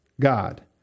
God